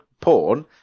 porn